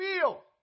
feel